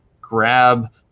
grab